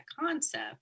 concept